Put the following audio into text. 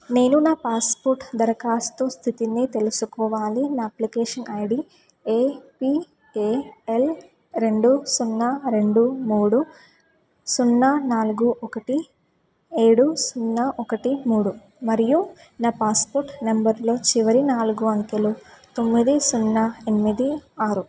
నేను నా పాస్పోర్ట్ దరఖాస్తు స్థితిని తెలుసుకోవాలి నా అప్లికేషన్ ఐడీ ఏపీఏఎల్ రెండు సున్నా రెండు మూడు సున్నా నాలుగు ఒకటి ఏడు సున్నా ఒకటి మూడు మరియు నా పాస్పోర్ట్ నంబర్లో చివరి నాలుగు అంకెలు తొమ్మిది సున్నా ఎనిమిది ఆరు